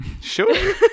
sure